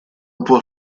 può